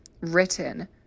Written